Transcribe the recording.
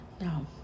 No